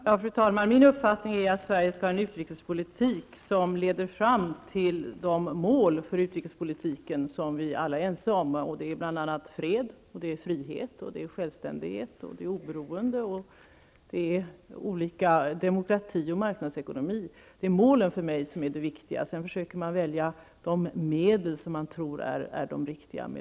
Fru talman! Min uppfattning är att Sverige skall ha en utrikespolitik som leder fram till de mål för utrikespolitiken som vi alla är ense om. Det gäller bl.a. fred, frihet, självständighet, oberoende, demokrati och marknadsekonomi. Det är målen som är viktiga för mig, och sedan försöker man välja de medel som man tror är de riktiga.